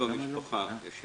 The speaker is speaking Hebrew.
זה